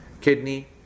Kidney